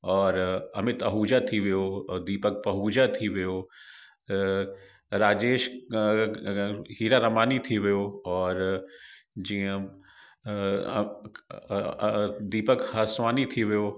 और अमित आहुजा थी वियो दीपक पहूजा थी वियो राजेश हीरारमानी थी वियो और जीअं दीपक हासवानी थी वियो